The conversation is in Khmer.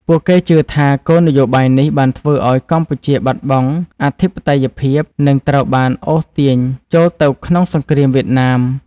ពួកគេជឿថា គោលនយោបាយនេះបានធ្វើឱ្យកម្ពុជាបាត់បង់អធិបតេយ្យភាព និងត្រូវបានអូសទាញចូលទៅក្នុងសង្គ្រាមវៀតណាម។